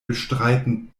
bestreiten